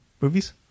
Movies